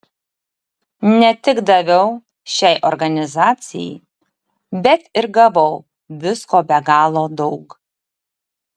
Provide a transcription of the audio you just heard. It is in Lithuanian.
ne tik daviau šiai organizacijai bet ir gavau visko be galo daug